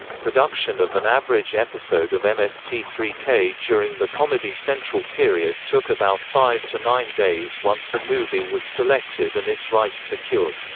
production of an average episode of m s t three k during the comedy central period took about five to nine days once the movie was selected and its rights secured.